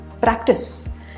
Practice